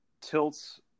tilts